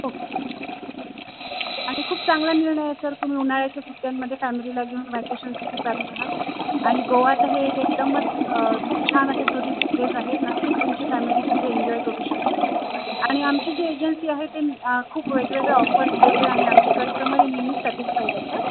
okay आणि खूप चांगला निर्णय आहे सर तुम्ही उन्हाळ्याच्या सुट्ट्यांमध्ये फॅमिलीला घेऊन व्हॅकेशनसाठी चालले आहात आणि गोवा तर हे एक एकदमच खूप छान असं टुरिस्ट प्लेस आहे नक्कीच तुमची फॅमेली तिथे एन्जॉय करू शकेल आणि आमची जी एजन्सी आहे ते खूप वेगवेगळे ऑफर्स देते आणि आमचे कस्टमर हे नेहमीच सॅटिस्फाईड असतात